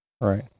Right